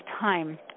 time